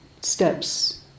steps